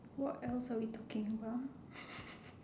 what else are we talking about